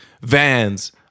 Vans